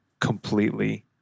completely